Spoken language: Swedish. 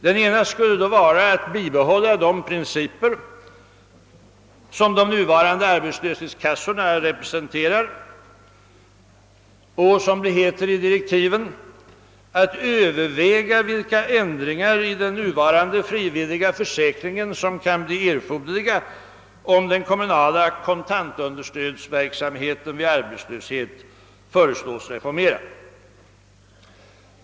Den ena huvudlinjen skulle vara att bibehålla de principer som de nuvarande arbetslöshetskassorna representerar och att — som det heter i direktiven — överväga vilka ändringar i den nuvarande frivilliga försäkringen som kan bli erforderliga om den kommunala kontantunderstödsverksamheten vid arbetslöshet föreslås bli reformerad.